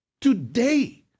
today